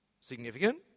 Significant